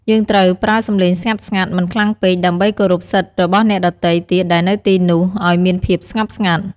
យើងត្រូវប្រើសំឡេងស្ងាត់ៗ មិនខ្លាំងពេក ដើម្បីគោរពសិទ្ធិរបស់អ្នកដទៃទៀតដែលនៅទីនោះ ឲ្យមានភាពស្ងប់ស្ងាត់។